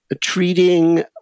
treating